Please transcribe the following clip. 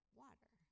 water